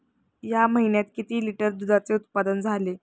या महीन्यात किती लिटर दुधाचे उत्पादन झाले?